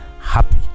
happy